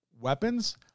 weapons